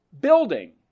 building